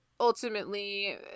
Ultimately